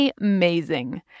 Amazing